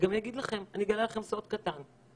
אגלה לכם סוד קטן,